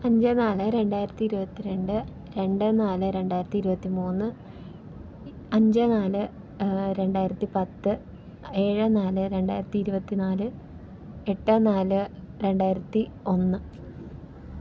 അഞ്ച് നാല് രണ്ടായിരത്തി ഇരുപത്തി രണ്ട് രണ്ട് നാല് രണ്ടായിരത്തി ഇരുപത്തി മൂന്ന് അഞ്ച് നാല് രണ്ടായിരത്തി പത്ത് ഏഴ് നാല് രണ്ടായിരത്തി ഇരുപത്തിനാല് എട്ട് നാല് രണ്ടായിരത്തി ഒന്ന്